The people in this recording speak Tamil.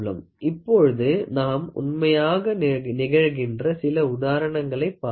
இப்பொழுது நாம் உண்மையாக நிகழ்கின்ற சில உதாரணங்களைப் பார்ப்போம்